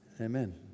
Amen